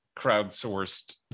crowdsourced